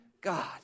God